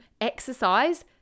exercise